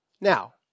Now